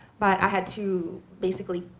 but i had to, basically,